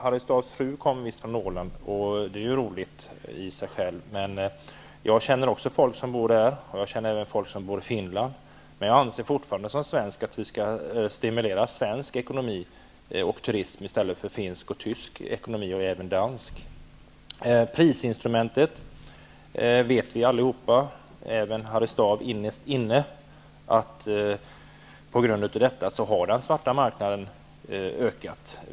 Harry Staafs fru kommer visst från Åland, och det är ju roligt i och för sig. Jag känner också folk som bor där, och även folk som bor i Finland. Men jag anser fortfarande som svensk att vi skall stimulera svensk ekonomi och turism i stället för finsk, tysk och dansk. När det gäller prisinstrumentet vet vi alla, även Harry Staaf innerst inne, att den svarta marknaden har ökat på grund av detta.